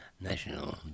national